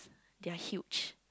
their huge